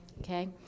okay